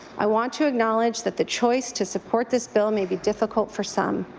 i want to acknowledge that the choice to support this bill may be difficult for some.